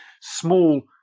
small